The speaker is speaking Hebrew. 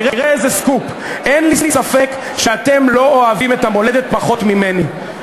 תראה איזה סקופ: אין לי ספק שאתם לא אוהבים את המולדת פחות ממני.